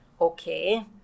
Okay